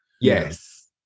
Yes